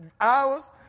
hours